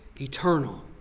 eternal